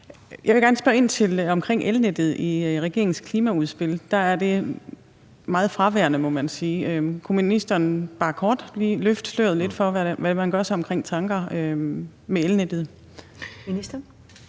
Jeg vil gerne spørge ind til elnettet. I regeringens klimaudspil er det meget fraværende, må man sige. Kunne ministeren bare kort lige løfte sløret lidt for, hvad man gør sig af tanker omkring elnettet? Kl.